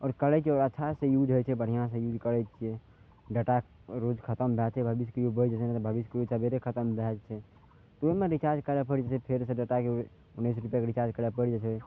आओर करै छियै ओकरा अच्छा से यूज होइ छै बढ़िआँ से यूज करै छियै डाटा रोज खत्म भए जाइ छै भविष्यमे कहियो बचि जाइ छै तऽ कहियो सबेरे खत्म भए जाइ छै तऽ ओहिमे रिचार्ज करै पड़ै छै फेर से डाटाके उन्नैस रुपैआके रिचार्ज करै पैड़ जाइ छै